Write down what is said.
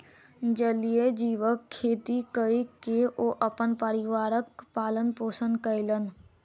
जलीय जीवक खेती कय के ओ अपन परिवारक पालन पोषण कयलैन